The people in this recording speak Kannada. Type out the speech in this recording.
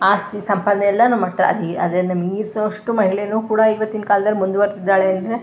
ಆಸ್ತಿ ಸಂಪಾದನೆ ಎಲ್ಲನೂ ಮಾಡ್ತಾ ಅದನ್ನು ಮೀರಿಸೋಷ್ಟು ಮಹಿಳೆಯೂ ಕೂಡ ಈವತ್ತಿನ ಕಾಲ್ದಲ್ಲಿ ಮುಂದುವರೆದಿದ್ದಾಳೆ ಅಂದರೆ